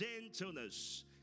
gentleness